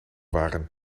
waren